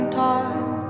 time